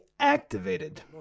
activated